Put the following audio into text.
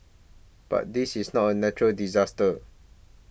but this is not a natural disaster